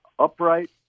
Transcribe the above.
Upright